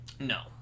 No